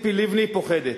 ציפי לבני פוחדת,